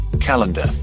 calendar